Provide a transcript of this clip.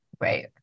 Right